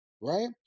right